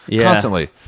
constantly